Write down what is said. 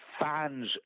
fans